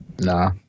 Nah